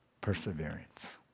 Perseverance